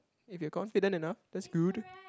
if you confident enough that's good